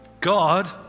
God